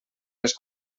les